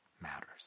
matters